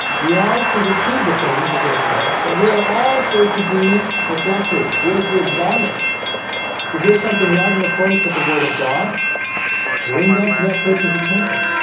we are to receive the things that they're said, but we are also to be reflectors we are to admonish if we hear something not in accordance with the word of god bring that to that person's attention